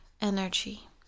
energy